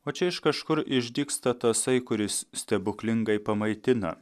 o čia iš kažkur išdygsta tasai kuris stebuklingai pamaitina